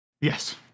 Yes